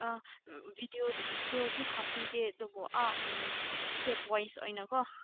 ꯑꯥ ꯎꯝ ꯕꯤꯗꯤꯑꯣꯗꯤ ꯍꯥꯞꯄꯤꯗꯦ ꯑꯗꯨꯕꯨ ꯑꯥ ꯎꯝ ꯏꯁꯇꯦꯞꯋꯥꯏꯁ ꯑꯣꯏꯅꯀꯣ